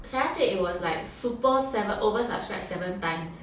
sarah said it was like super sever~ oversubscribed seven times